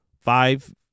five